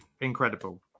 Incredible